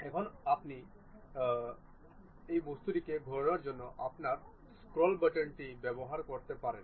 এখন আপনি এখনও বস্তুটিকে ঘোরানোর জন্য আপনার স্ক্রোল বাটনটি ব্যবহার করতে পারেন